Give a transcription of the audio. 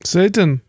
Satan